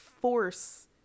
force